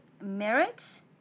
merit